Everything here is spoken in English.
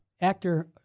actor